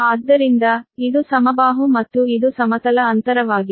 ಆದ್ದರಿಂದ ಇದು ಸಮಬಾಹು ಮತ್ತು ಇದು ಸಮತಲ ಅಂತರವಾಗಿದೆ